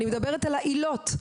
אני מדברת על העילות,